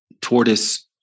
tortoise